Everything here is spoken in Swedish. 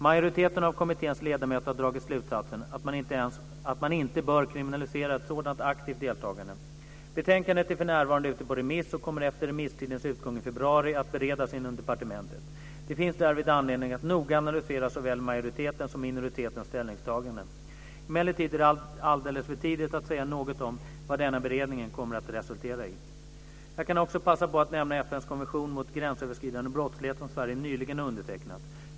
Majoriteten av kommitténs ledamöter har dragit slutsatsen att man inte bör kriminalisera ett sådant aktivt deltagande. Betänkandet är för närvarande ute på remiss och kommer efter remisstidens utgång i februari att beredas inom departementet. Det finns därvid anledning att noga analysera såväl majoritetens som minoritetens ställningstagande. Emellertid är det alldeles för tidigt att säga något om vad denna beredning kommer att resultera i. Jag kan också passa på att nämna FN:s konvention mot gränsöverskridande brottslighet, som Sverige nyligen har undertecknat.